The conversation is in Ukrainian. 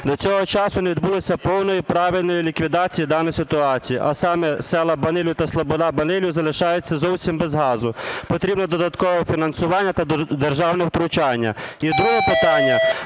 До цього часу не відбулося повної і правильної ліквідації даної ситуації, а саме села Банилів та Слобода-Банилів залишаються зовсім без газу. Потрібно додаткове фінансування та державне втручання. І друге питання.